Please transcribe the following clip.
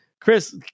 Chris